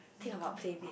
think about PlayMade ugh